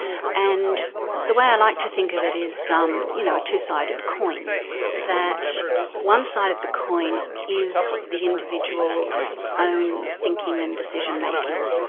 and the way i like to think of it is um you know, a two-sided coin that one side of the coin is the individual's own thinking and decision making,